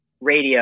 radio